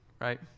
right